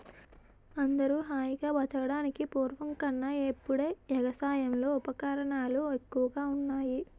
అందరూ హాయిగా బతకడానికి పూర్వం కన్నా ఇప్పుడే ఎగసాయంలో ఉపకరణాలు ఎక్కువగా ఉన్నాయ్